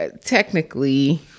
technically